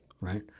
right